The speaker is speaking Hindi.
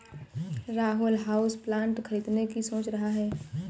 राहुल हाउसप्लांट खरीदने की सोच रहा है